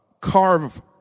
carve